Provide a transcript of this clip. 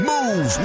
Move